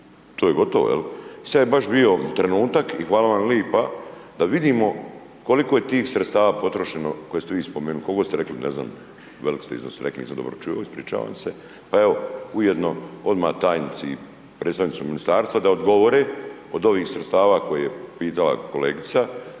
to je gotovo. Sad je baš bio trenutak i hvala vam lijepo, da vidimo koliko je tih sredstava potrošeno koje ste vi spomenuli, koliko ste rekli, ne znam, .../nerazumljivo/... nisam vas dobro čuo ispričavam se, pa evo, ujedno odmah tajnici, predstavnici ministarstva da odgovore, od ovih sredstava koje je pitala kolegica,